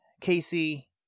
casey